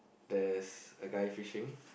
there's a guy fishing